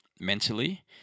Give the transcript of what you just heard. mentally